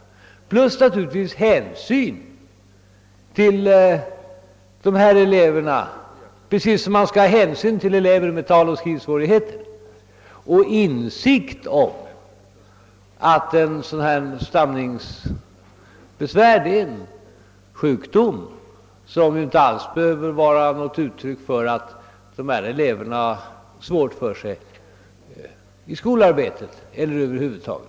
Dessutom skall de naturligtvis visa hänsyn mot dessa elever precis som mot elever med taloch skrivsvårigheter och ha insikt om att stamning är en sjukdom och inte behöver vara uttryck för att dessa elever har svårt för sig i skolarbetet eller annorstädes.